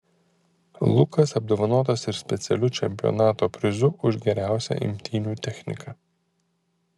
lukas apdovanotas ir specialiu čempionato prizu už geriausią imtynių techniką